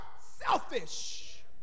selfish